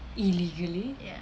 illegally